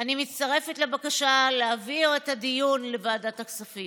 אני מצטרפת לבקשה להעביר את הדיון לוועדת הכספים.